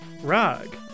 Rag